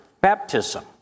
baptism